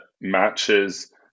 matches